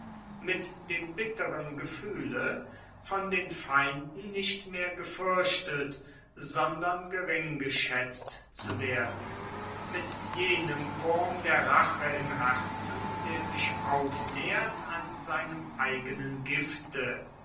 mit dem bitteren gefühle von den feinden nicht mehr gefürchtet sondern geringgeschätzt zu werden mit jenem wurm der rache im herzen der sich aufnährt an seinem eigenen gifte